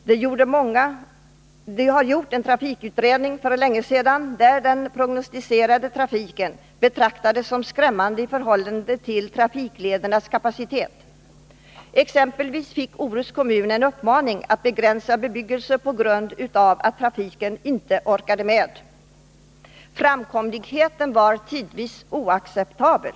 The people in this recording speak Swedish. Vägverket gjorde likaså för många år sedan en | trafikutredning, i vilken den prognostiserade trafiken betraktades som skrämmande i förhållande till trafikledernas kapacitet. Exempelvis fick Orust kommun en uppmaning att begränsa bebyggelsen på grund av att vägnätet ej klarade trafikbelastningen. Framkomligheten var tidvis oacceptabel.